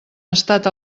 estat